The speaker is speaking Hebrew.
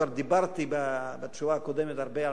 כבר דיברתי בתשובה הקודמת הרבה על